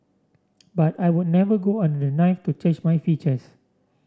but I would never go under the knife to change my features